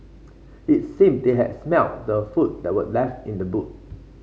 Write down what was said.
it seemed they had smelt the food that were left in the boot